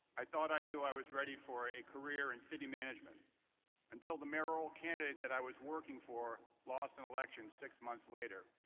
i thought i knew i was ready for a career in city management until the mayoral candidate that i was working for lost an election six months later.